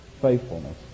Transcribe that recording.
faithfulness